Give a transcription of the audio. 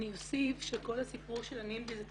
אני אוסיף שכל הסיפור של הנימבי זאת